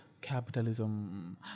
Capitalism